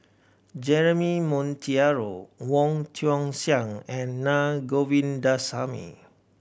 Jeremy Monteiro Wong Tuang Seng and Naa Govindasamy